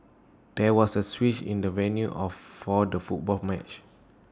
there was A switch in the venue of for the football match